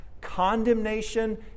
condemnation